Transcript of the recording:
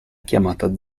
chiamata